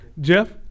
Jeff